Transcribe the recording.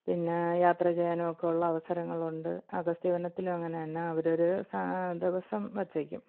പിന്നെ യാത്ര ചെയ്യാനുമൊക്കെ ഉള്ള അവസരങ്ങളുണ്ട് അഗസ്ത്യവനത്തിലും അങ്ങനെ തന്നെ അവരൊരു ദെ ദിവസം വെച്ചേക്കും